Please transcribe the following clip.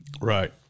Right